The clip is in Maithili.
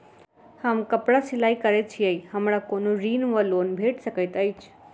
हम कापड़ सिलाई करै छीयै हमरा कोनो ऋण वा लोन भेट सकैत अछि?